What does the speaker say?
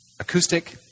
Acoustic